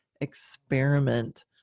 experiment